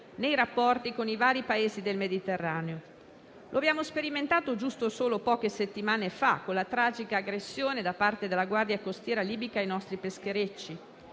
nei rapporti con i vari Paesi del Mediterraneo. Lo abbiamo sperimentato giusto poche settimane fa, con la tragica aggressione da parte della Guardia costiera libica ai nostri pescherecci.